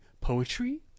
poetry